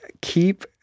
keep